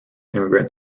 immigrant